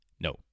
No